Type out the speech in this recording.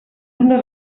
unes